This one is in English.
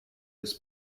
his